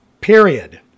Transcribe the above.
period